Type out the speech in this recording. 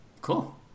Cool